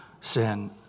sin